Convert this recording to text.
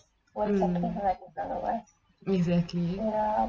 mm exactly